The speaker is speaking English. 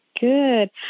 Good